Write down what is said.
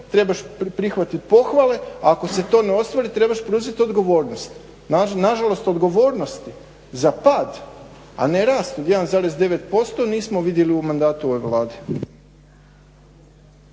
trebaš prihvatiti pohvale, a ako se to ne ostvari trebaš preuzeti odgovornost. Nažalost, odgovornosti za pad a ne rast od 1,9% nismo vidjeli u ovom mandatu ove Vlade.